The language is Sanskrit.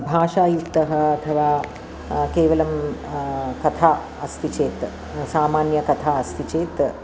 भाषायुक्तः अथवा केवलं कथा अस्ति चेत् सामान्यकथा अस्ति चेत्